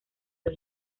los